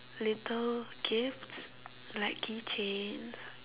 little gifts like key chains